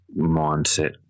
mindset